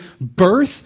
birth